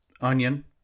onion